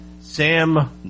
Sam